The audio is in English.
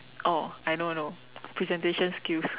oh I know I know presentation skills